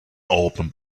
open